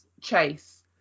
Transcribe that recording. chase